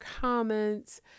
comments